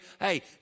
hey